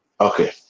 Okay